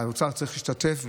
האוצר צריך להשתתף,